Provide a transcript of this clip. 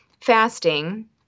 fasting